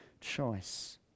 choice